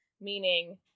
Meaning